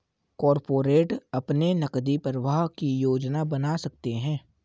corporate अपने नकदी प्रवाह की योजना बना सकते हैं